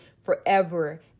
forever